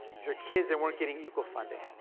these are kids that weren't getting equal funding.